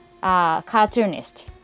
cartoonist